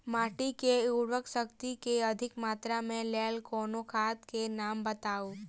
माटि मे उर्वरक शक्ति केँ अधिक मात्रा केँ लेल कोनो खाद केँ नाम बताऊ?